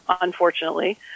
unfortunately